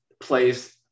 plays